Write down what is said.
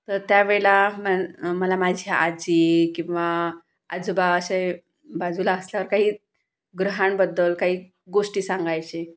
तर त्या वेळेला मग मला माझी आजी किंवा आजोबा असे बाजूला असल्यावर काही ग्रहांबद्दल काही गोष्टी सांगायचे